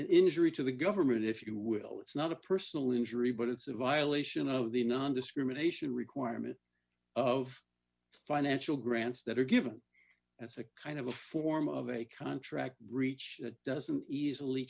an injury to the government if you will it's not a personal injury but it's a violation of the nondiscrimination requirement of financial grants that are given as a kind of a form of a contract reach that doesn't easily